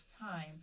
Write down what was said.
time